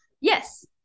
Yes